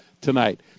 tonight